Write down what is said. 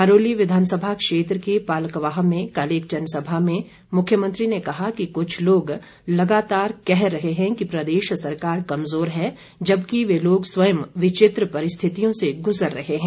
हरोली विधानसभा क्षेत्र के पालकवाह में कल एक जनसभा में मुख्यमंत्री ने कहा कि कुछ लोग लगातार कह रहे है कि प्रदेश सरकार कमजोर है जबकि वे लोग स्वयं विचित्र परिस्थितियों से गुजर रहे हैं